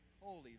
holy